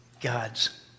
God's